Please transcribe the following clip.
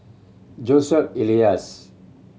Joseph Elias